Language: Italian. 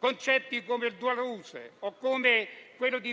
concetti come *dualuse* o